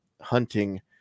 hunting